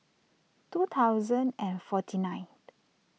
two thousand and forty nine